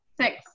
Six